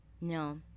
No